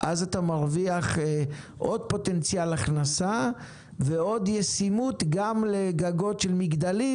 אז אתה מרוויח עוד פוטנציאל הכנסה ועוד ישימות גם לגגות של מגדלים